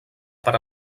per